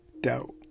doubt